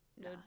no